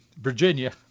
Virginia